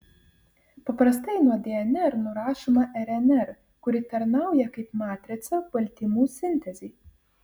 paprastai nuo dnr nurašoma rnr kuri tarnauja kaip matrica baltymų sintezei